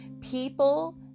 People